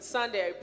Sunday